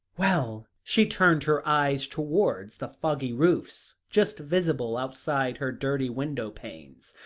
well, she turned her eyes towards the foggy roofs just visible outside her dirty window-panes,